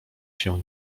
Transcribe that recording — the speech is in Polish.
się